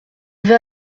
vais